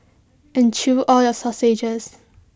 and chew all your sausages